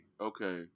Okay